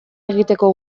egiteko